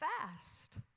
fast